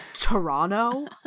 Toronto